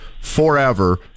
forever